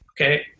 Okay